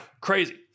crazy